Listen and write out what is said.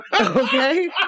Okay